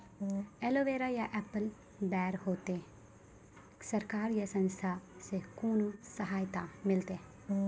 Aloe vera या apple बैर होते? सरकार या संस्था से कोनो सहायता मिलते?